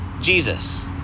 Jesus